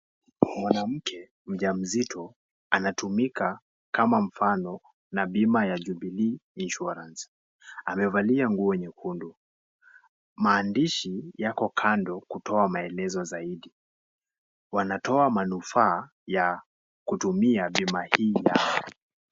Mwanamke mjamzito anatumika kama mfano na bima ya Jubilee Insurance. Amevalia nguo nyekundu. Maandishi yako kando kutoa maelezo zaidi. Wanatoa manufaa ya kutumia bima hii yao.